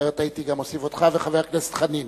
אחרת הייתי גם מוסיף אותך, וחבר הכנסת חנין.